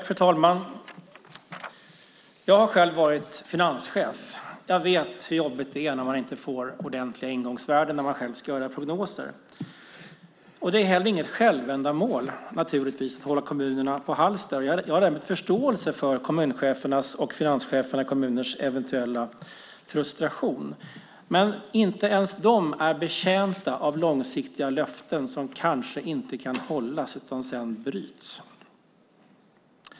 Fru talman! Jag har själv varit finanschef. Jag vet hur jobbigt det är när man inte får ordentliga ingångsvärden när man ska göra prognoser. Det är naturligtvis inte heller något självändamål att hålla kommunerna på halster, och jag har förståelse för kommunchefernas och kommunernas finanschefers eventuella frustration. Men inte ens de är betjänta av långsiktiga löften som kanske inte kan hållas utan sedan bryts.